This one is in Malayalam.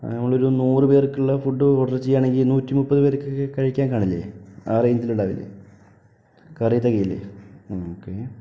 നമ്മളൊരു നൂറു പേർക്കുള്ള ഫുഡ് ഓർഡർ ചെയ്യുകയാണെങ്കിൽ നൂറ്റിമുപ്പത് പേർക്കൊക്കെ കഴിക്കാൻ കാണില്ലെ ആ റേഞ്ചിലുണ്ടാവില്ലേ കറി തികയില്ലേ ഓക്കേ